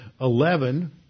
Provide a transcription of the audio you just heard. eleven